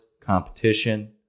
competition